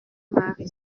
mari